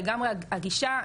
לגמרי הגישה,